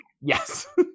Yes